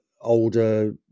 older